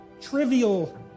trivial